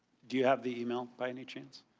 do you have the email by any chance?